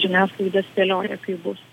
žiniasklaida spėlioja kaip bus